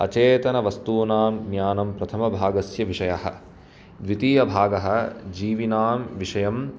अचेतन वस्तूनां ज्ञानं प्रथमभागस्य विषयः द्वितीय भागः जीविनां विषयम्